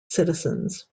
citizens